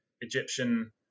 Egyptian